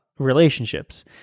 relationships